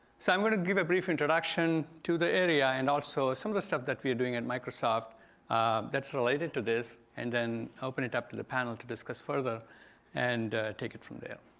so i'm going to give a brief introduction to the area and also some of the stuff that we're doing in microsoft that's related to this, and then open it up to the panel to discuss further and take it from there.